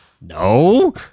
No